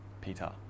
Peter